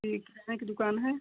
कि ये किराने की दुकान है